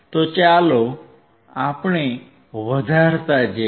તો ચાલો આપણે વધારતા જઈએ